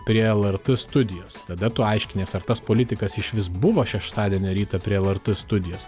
prie lrt studijos tada tu aiškinies ar tas politikas išvis buvo šeštadienio rytą prie lrt studijos